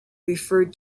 referred